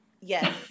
Yes